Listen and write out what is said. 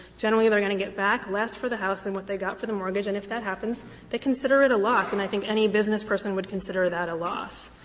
generally they are going to get back less for the house than what they got for the mortgage, and if that happens they consider it a loss and i think any business person would consider that a loss.